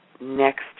next